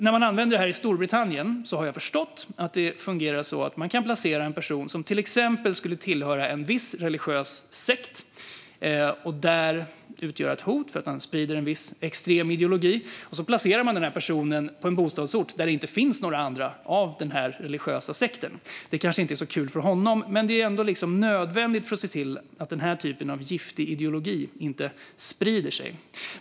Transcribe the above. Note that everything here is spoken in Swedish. När man använder sig av detta i Storbritannien har jag förstått att det fungerar på det sättet att en person som till exempel tillhör en viss religiös sekt och där utgör ett hot för att han sprider en viss extrem ideologi kan placeras på en bostadsort där det inte finns några andra från denna religiösa sekt. Det kanske inte är så kul för honom, men det är ändå nödvändigt för att se till att denna typ av giftig ideologi inte sprids.